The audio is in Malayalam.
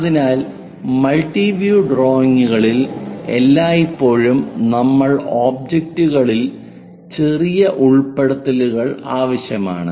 അതിനാൽ മൾട്ടി വ്യൂ ഡ്രോയിംഗുകളിൽ എല്ലായ്പ്പോഴും നമ്മൾ ഒബ്ജക്റ്റുകളിൽ ചെറിയ ഉൾപ്പെടുത്തലുകൾ ആവശ്യമാണ്